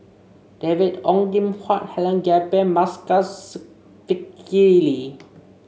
David Ong Kim Huat Helen Gilbey and Masagos Zulkifli